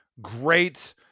great